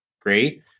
great